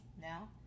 now